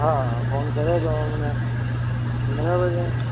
હા ફોન કરો તમે મને બરાબર છે